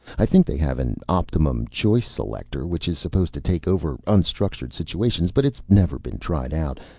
i think they have an optimum-choice selector which is supposed to take over unstructured situations but it's never been tried out.